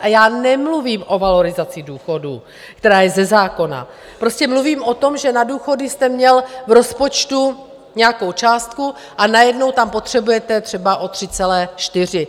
A já nemluvím o valorizaci důchodů, která je ze zákona, prostě mluvím o tom, že na důchody jste měl v rozpočtu nějakou částku, a najednou tam potřebujete třeba o 3,4.